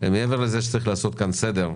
ומעבר לזה שצריך לעשות כאן סדר,